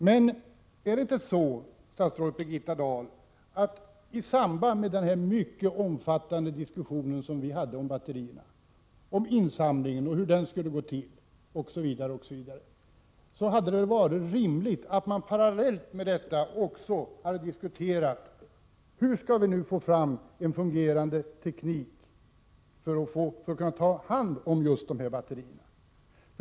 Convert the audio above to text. Men hade det inte varit rimligt att man parallellt med den mycket omfattande diskussion vi hade om batterierna och om hur insamlingen skulle gå till hade diskuterat hur vi skall få fram en fungerande teknik för att ta om hand batterierna?